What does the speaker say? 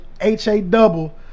H-A-Double